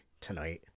tonight